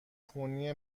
خونی